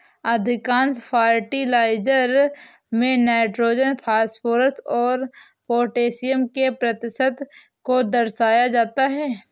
अधिकांश फर्टिलाइजर में nitrogen, phosphorus और पौटेशियम के प्रतिशत को दर्शाया जाता है